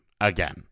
again